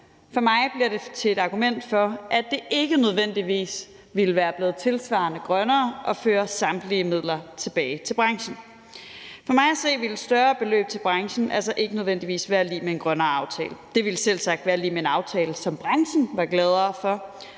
For mig bliver det til et argument for, at det ikke nødvendigvis ville være blevet tilsvarende grønnere at føre samtlige midler tilbage til branchen. For mig at se ville større beløb til branchen altså ikke nødvendigvis være lig med en grønnere aftale. Det ville selvsagt være lig med en aftale, som branchen var gladere for,